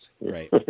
right